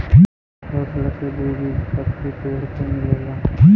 ठोस लकड़ी द्विबीजपत्री पेड़ से मिलेला